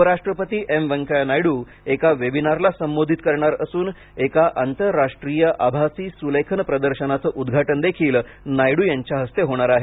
उपराष्ट्रपती एम वेंकय्या नायडू एका वेबिनारला संबोधित करणार असून एका आंतरराष्ट्रीय आभासी सुलेखन प्रदर्शनाचं उद्घाटनदेखील नायडू यांच्या हस्ते होणार आहे